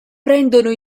prendono